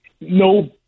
no